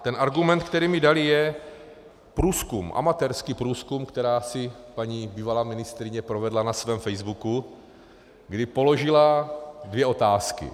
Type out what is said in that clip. Ten argument, který mi dali, je průzkum, amatérský průzkum, který si bývalá paní ministryně provedla na svém facebooku, kdy položila dvě otázky.